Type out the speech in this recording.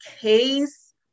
Case